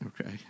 Okay